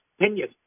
opinion